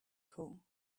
cool